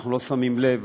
אנחנו לא שמים לב,